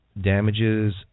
Damages